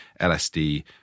LSD